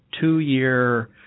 two-year